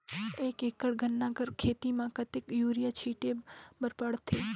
एक एकड़ गन्ना कर खेती म कतेक युरिया छिंटे बर पड़थे?